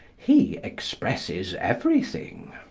he expresses everything.